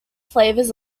flavors